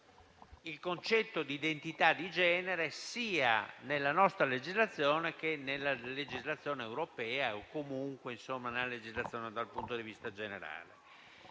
il concetto di identità di genere sia nella nostra legislazione che in quella europea o comunque nella legislazione dal punto di vista generale.